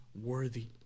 worthy